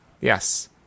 Yes